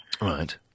Right